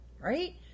right